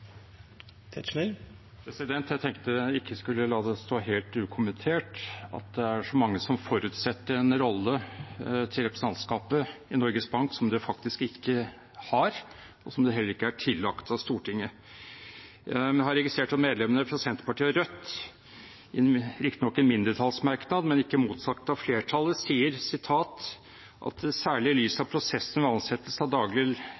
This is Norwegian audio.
så mange som forutsetter en rolle for representantskapet i Norges Bank som det faktisk ikke har, og som det heller ikke er tillagt av Stortinget. Jeg har registrert at medlemmene fra Senterpartiet og Rødt – riktignok i en mindretallsmerknad, men som ikke er motsagt av flertallet – skriver at «det, særlig i lys av prosessen ved ansettelsen av